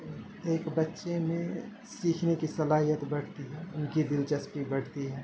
ایک بچے میں سیکھنے کی صلاحیت بڑھتی ہے ان کی دلچسپی بڑھتی ہے